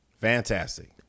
Fantastic